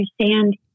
understand